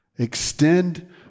Extend